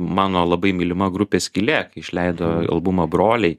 mano labai mylima grupė skylė kai išleido albumą broliai